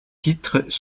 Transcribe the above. titres